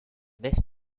this